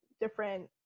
different